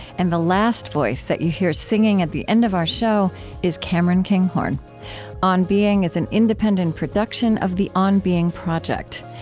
and the last voice that you hear singing at the end of our show is cameron kinghorn on being is an independent production of the on being project.